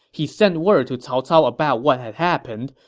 he sent word to cao cao about what had happened,